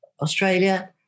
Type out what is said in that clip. Australia